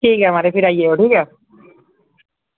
ठीक ऐ म्हाराज फिर आई जायो ठीक ऐ